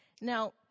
Now